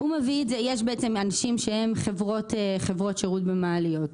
יש בעצם אנשים שהם חברות שירות במעליות,